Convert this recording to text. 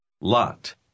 Lot